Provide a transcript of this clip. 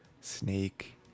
Snake